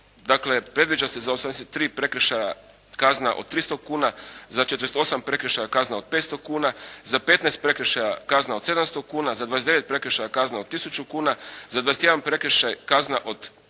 dakle predviđa se za 83 prekršaja kazna od 300 kuna, za 48 prekršaja kazna od 500 kuna, za 15 prekršaja kazna od 700 kuna, za 29 prekršaja kazna od tisuću kuna, za 21 prekršaj kazna od 2 tisuće kuna.